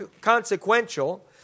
consequential